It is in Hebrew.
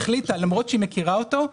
כנראה שיש לקונה בחוק הריכוזיות,